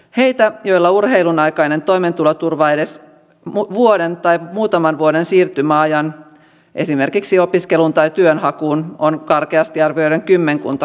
heitä joilla urheilun aikainen toimeentuloturva riittää edes vuoden tai muutaman vuoden siirtymäajan esimerkiksi opiskeluun tai työnhakuun on karkeasti arvioiden kymmenkunta kerrallaan